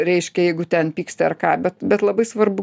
reiškia jeigu ten pyksti ar ką bet bet labai svarbu